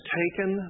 taken